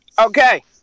Okay